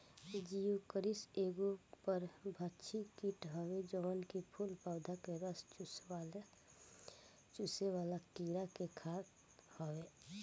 Geocoris एगो परभक्षी कीट हवे जवन की फूल पौधा के रस चुसेवाला कीड़ा के खात हवे